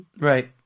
Right